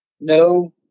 no